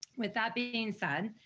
with that being said,